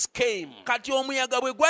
came